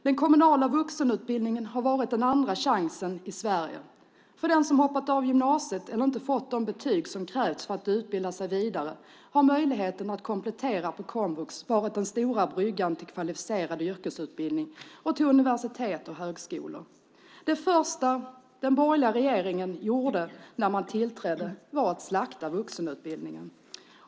Den kommunala vuxenutbildningen har varit den andra chansen i Sverige. För den som hoppat av gymnasiet eller inte fått de betyg som krävs för att utbilda sig vidare har möjligheten att komplettera på komvux varit den stora bryggan till kvalificerad yrkesutbildning och till universitet och högskolor. Det första den borgerliga regeringen gjorde när man tillträdde var att slakta vuxenutbildningen.